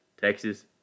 Texas